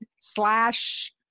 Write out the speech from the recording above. slash